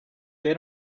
they